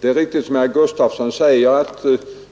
Det är riktigt som herr Gustafson säger, att